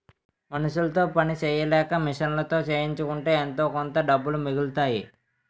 మనుసులతో పని సెయ్యలేక మిషన్లతో చేయించుకుంటే ఎంతోకొంత డబ్బులు మిగులుతాయి